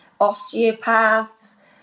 osteopaths